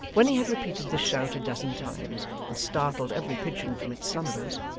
when he had repeated this shout a dozen times, and startled every pigeon from its slumbers,